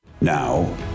now